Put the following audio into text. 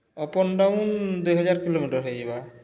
up and down ଦୁଇ ହଜାର୍ kilometre ହେଇଯିବା